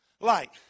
light